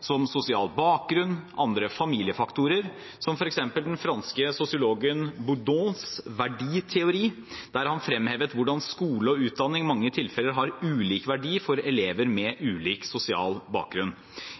som sosial bakgrunn og andre familiefaktorer, som f.eks. den franske sosiologen Boudons verditeori, der han fremhevet hvordan skole og utdanning i mange tilfeller har ulik verdi for elever med ulik sosial bakgrunn.